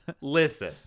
Listen